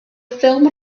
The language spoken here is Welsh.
ffilm